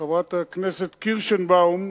חברת הכנסת קירשנבאום,